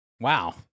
Wow